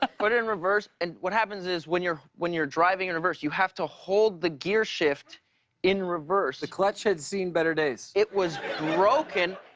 ah put it in reverse, and what happens is, when you're when you're driving in reverse, you have to hold the gearshift in reverse. the clutch had seen better days. it was broken,